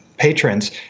patrons